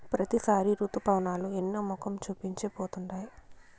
ప్రతిసారి రుతుపవనాలు ఎన్నో మొఖం చూపించి పోతుండాయి